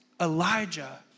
Elijah